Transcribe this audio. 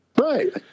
Right